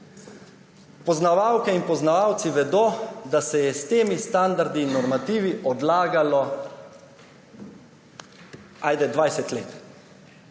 Poznavalke in poznavalci vedo, da se je s temi standardi in normativi odlagalo 20 let.